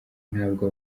ntabwo